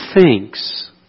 thinks